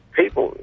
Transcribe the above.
people